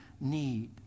need